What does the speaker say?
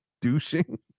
douching